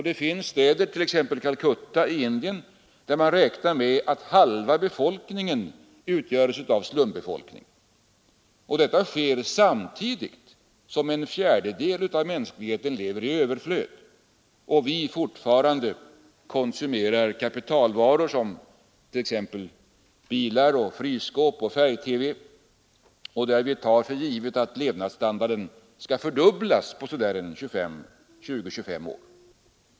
Det finns städer, t.ex. Calcutta i Indien, där man räknar med att halva befolkningen utgörs av slumbefolkning — detta samtidigt som en fjärdedel av mänskligheten lever i överflöd och vi fortfarande konsumerar kapitalvaror som t.ex. bilar, frysskåp, färg-TV och tar för givet att levnadsstandarden skall fördubblas på så där 20—25 år.